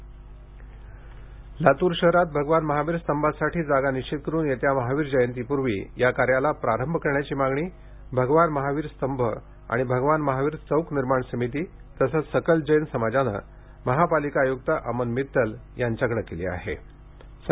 लातूर लातूर शहरात भगवान महावीर स्तंभासाठी जागा निश्चित करुन येत्या महावीर जयंतीपूर्वी हया कार्यास प्रारंभ करण्याची मागणी भगवान महावीर स्तंभ आणि भगवान महावीर चौक निर्माण समिती तसंच सकल जैन समाजानं महापलिका आयुक्त अमन मितल यांच्याकडे केली केली